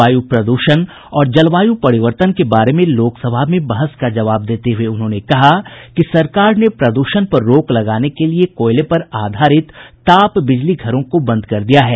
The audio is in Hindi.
वायु प्रद्षण और जलवायु परिवर्तन के बारे में लोकसभा में बहस का जवाब देते हुए उन्होंने कहा कि सरकार ने प्रद्षण पर रोक लगाने के लिए कोयले पर आधारित ताप बिजली घरों को बंद कर दिया है